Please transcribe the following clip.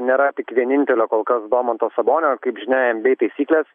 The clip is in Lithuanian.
nėra tik vienintelio kol kas domanto sabonio kaip žinia nba taisyklės